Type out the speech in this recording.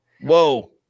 Whoa